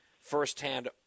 firsthand